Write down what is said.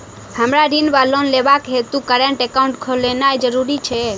हमरा ऋण वा लोन लेबाक हेतु करेन्ट एकाउंट खोलेनैय जरूरी छै?